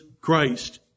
Christ